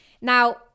Now